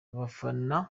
abafana